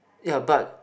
ya but